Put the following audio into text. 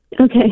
Okay